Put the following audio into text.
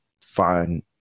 fine